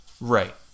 Right